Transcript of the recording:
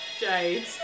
Jade